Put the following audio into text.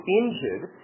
injured